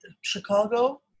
Chicago